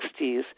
1960s